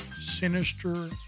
sinister